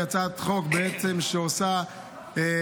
היא הצעת חוק שעושה תיקון.